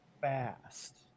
Fast